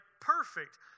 perfect